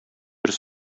бер